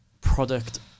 product